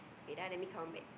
wait ah let me count back